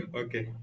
okay